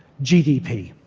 gdp.